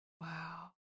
Wow